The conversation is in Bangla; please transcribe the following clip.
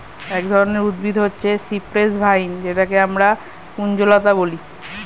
এক ধরনের উদ্ভিদ হচ্ছে সিপ্রেস ভাইন যেটাকে আমরা কুঞ্জলতা বলি